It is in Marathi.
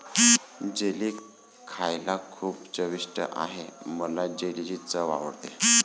जेली खायला खूप चविष्ट आहे मला जेलीची चव आवडते